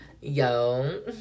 Yo